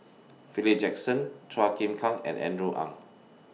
Philip Jackson Chua Chim Kang and Andrew Ang